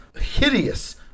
hideous